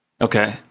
okay